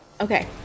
okay